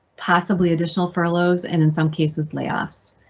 possibly additional furloughs and in some cases, layoffs.